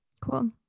Cool